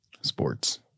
Sports